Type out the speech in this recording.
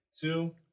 two